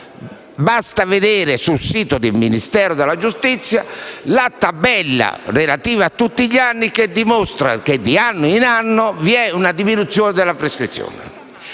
Basta consultare sul sito del Ministero della giustizia la tabella relativa a tutti gli anni che dimostra che, di anno in anno, vi è una diminuzione della prescrizione.